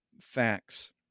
facts